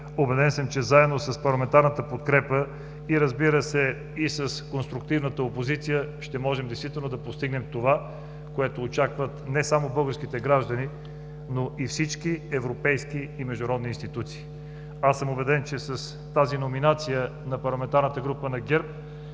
Убеден съм, че заедно с парламентарната подкрепа и, разбира се, с конструктивната опозиция ще можем действително да постигнем това, което очакват не само българските граждани, но и всички европейски и международни институции. Аз съм убеден, че с тази номинация на Парламентарната група на ГЕРБ